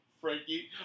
Frankie